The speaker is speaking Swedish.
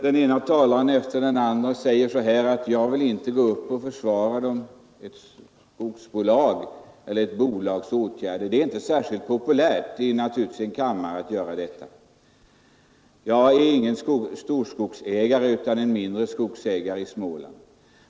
Den ene talaren efter den andre här säger: ”Jag vill inte gå upp och försvara ett skogsbolags åtgärder.” Nej, det är naturligtvis inte särskilt populärt att göra det. Jag är ingen stor skogsägare utan en mindre skogsägare i Småland.